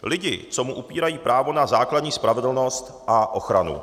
Lidi, co mu upírají právo na základní spravedlnost a ochranu.